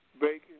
bacon